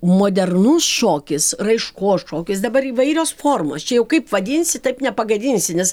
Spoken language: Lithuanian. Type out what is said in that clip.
modernus šokis raiškos šokis dabar įvairios formos čia jau kaip vadinsi taip nepagadinsi nes